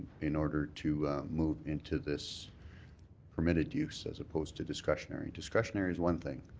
in order to move into this permitted use as opposed to discretionary. discretionary is one thing